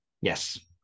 Yes